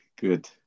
Good